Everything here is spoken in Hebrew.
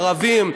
ערבים,